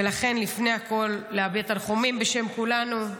ולכן, לפני הכול, להביע תנחומים בשם כולנו.